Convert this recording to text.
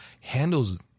handles